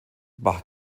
bach